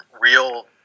real